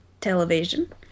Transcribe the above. television